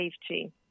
safety